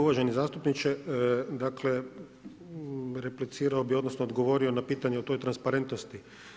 Uvaženi zastupniče, dakle, replicirao bi, odnosno, odgovorio na pitanje o toj transparentnosti.